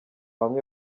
bamwe